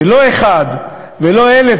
ולא אחד ולא 1,000,